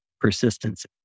persistence